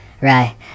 Right